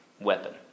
weapon